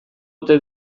ote